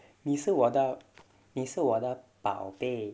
你是我的你是我的宝贝